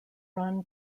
run